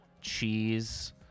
cheese